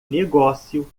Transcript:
negócio